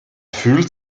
fühlt